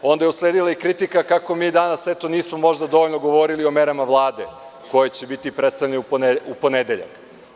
Onda je usledila i kritika kako mi danas možda nismo dovoljno govorili o merama Vlade, koje će biti predstavljene i u ponedeljak.